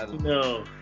No